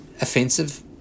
offensive